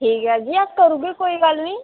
ठीक ऐ जी अस करी ओड़गै कोई गल्ल निं